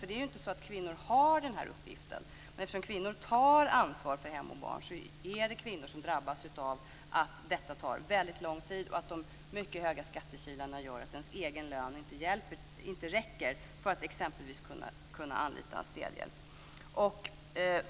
Det är inte så att bara kvinnor har den här uppgiften, men eftersom kvinnor tar ansvar för hem och barn är det kvinnor som drabbas av att det tar väldigt lång tid, och de mycket höga skattekilarna gör att den egna lönen inte räcker till för att de exempelvis ska kunna anlita en städhjälp.